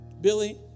Billy